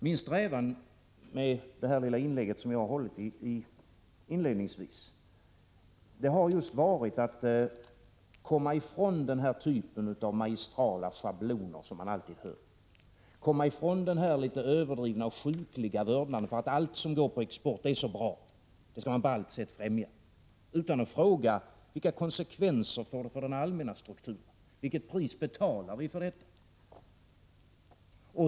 Min strävan med det inlägg som jag hållit inledningsvis har just varit att komma ifrån den här typen av magistrala schabloner som man alltid hör och den litet överdrivna och sjukliga vördnaden för att allt som går på export är så bra — det skall man på allt sätt främja — och i stället fråga: Vilka konsekvenser får det för den allmänna strukturen? Vilket pris betalar vi för detta?